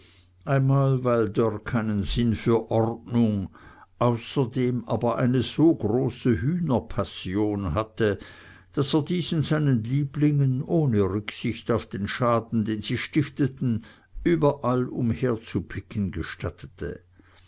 einmal weil dörr keinen sinn für ordnung außerdem aber eine so große hühnerpassion hatte daß er diesen seinen lieblingen ohne rücksicht auf den schaden den sie stifteten überall umherzupicken gestattete